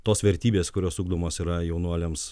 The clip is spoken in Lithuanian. tos vertybės kurios ugdomos yra jaunuoliams